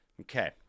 Okay